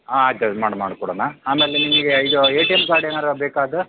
ಹಾಂ ಆಯ್ತು ಆಯ್ತು ಮಾಡ್ ಮಾಡ್ಕೊಡಣ ಆಮೇಲೆ ನಿಮಗೆ ಇದು ಎ ಟಿ ಎಂ ಕಾರ್ಡ್ ಏನಾರ ಬೇಕಾ ಅದು